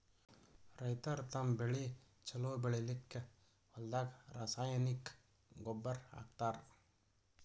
ರೈತರ್ ತಮ್ಮ್ ಬೆಳಿ ಛಲೋ ಬೆಳಿಲಿಕ್ಕ್ ಹೊಲ್ದಾಗ ರಾಸಾಯನಿಕ್ ಗೊಬ್ಬರ್ ಹಾಕ್ತಾರ್